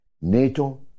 NATO